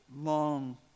long